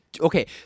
okay